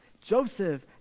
Joseph